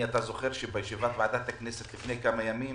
אתה זוכר שבישיבת ועדת הכנסת לפני כמה ימים